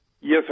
Yes